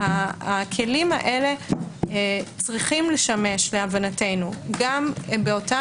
הכלים האלה צריכים לשמש להבנתנו גם באותם